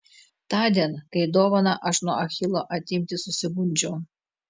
tądien kai dovaną aš nuo achilo atimti susigundžiau